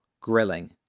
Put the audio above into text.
grilling